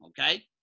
okay